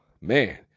man